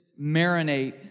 marinate